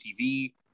TV